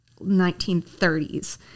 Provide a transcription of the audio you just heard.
1930s